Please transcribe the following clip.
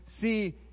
see